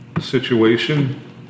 situation